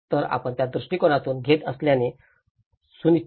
तर आपण त्या दृष्टीकोनातून घेत असल्याचे सुनिश्चित करण्याचा प्रयत्न करा